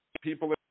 people